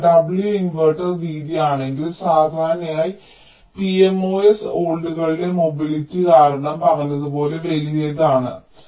അതിനാൽ W inverter വീതി ആണെങ്കിൽ സാധാരണയായി pMOS ഹോൾഡുകളുടെ മൊബിലിറ്റി കാരണം പറഞ്ഞതുപോലെ വലിയതാണ്